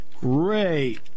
Great